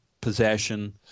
possession